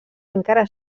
encara